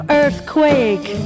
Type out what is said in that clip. earthquake